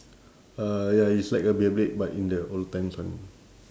uh ya it's like a beyblade but in the old times [one]